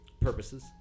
purposes